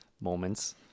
moments